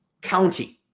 county